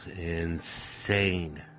insane